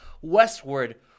westward